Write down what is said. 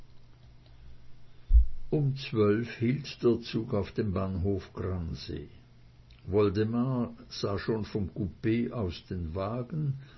um zwölf hielt der zug auf bahnhof gransee woldemar sah schon vom coup aus den wagen